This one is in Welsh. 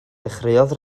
dechreuodd